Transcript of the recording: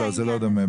זה לא דומה.